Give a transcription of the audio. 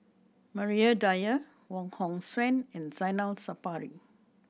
Maria Dyer Wong Hong Suen and Zainal Sapari